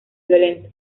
violento